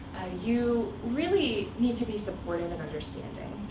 you really need to be supportive and understanding.